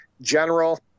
general